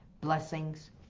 blessings